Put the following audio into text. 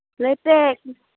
ᱞᱟᱹᱭ ᱯᱮ